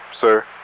Sir